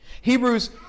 Hebrews